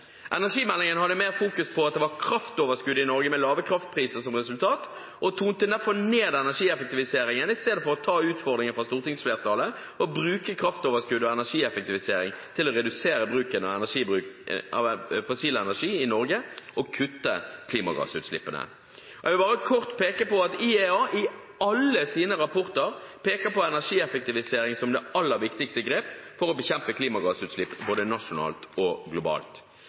Energimeldingen fokuserte mer på at det var kraftoverskudd i Norge, med lave kraftpriser som resultat, og tonet ned energieffektiviseringen i stedet for å ta utfordringen fra stortingsflertallet og bruke kraftoverskuddet og energieffektivisering til å redusere bruken av fossil energi i Norge og kutte klimagassutslippene. Jeg vil bare kort peke på at IEA i alle sine rapporter peker på energieffektivisering som det aller viktigste grep for å bekjempe klimagassutslipp både nasjonalt og globalt.